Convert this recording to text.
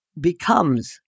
becomes